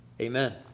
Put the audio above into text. Amen